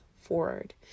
forward